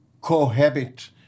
cohabit